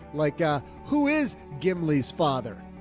like, ah, who is ghibli's father?